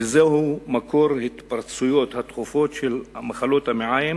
וזה מקור ההתפרצויות התכופות של מחלות מעיים